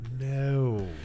no